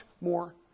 more